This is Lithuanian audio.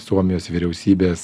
suomijos vyriausybės